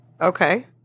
Okay